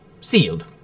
Sealed